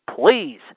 please